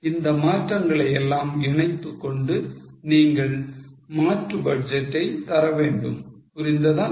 இப்பொழுது இந்த மாற்றங்களை எல்லாம் இணைத்துக்கொண்டு நீங்கள் மாற்று பட்ஜெட்டை தரவேண்டும் புரிந்ததா